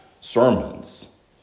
sermons